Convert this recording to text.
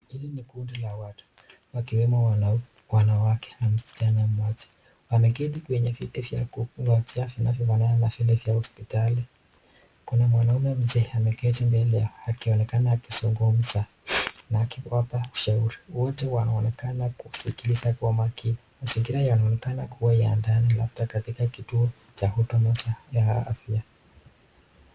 Hili ni kundi la watu wakiwemo wanawake na msichana mmoja wameketi kwenye viti vya kungojea vinavyo fanana na vile vya hospitali. Kuna mwanaume mzee ameketi mbele akionekana ana zungumza na akiwapa ushauri. Wote wanaonekana kusikiliza kwa makini. Mazingira yanaonekana kua ya ndani katika kituo la huduma ya afya.